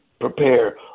prepare